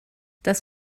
das